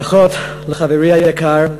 ברכות לחברי היקר,